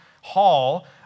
hall